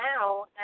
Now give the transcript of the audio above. now